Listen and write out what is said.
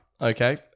okay